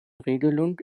regelung